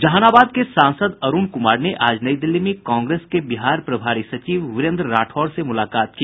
जहानाबाद के सांसद अरूण कुमार ने आज नई दिल्ली में कांग्रेस के बिहार प्रभारी सचिव वीरेन्द्र राठौर से मुलाकात की